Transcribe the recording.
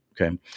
okay